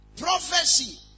Prophecy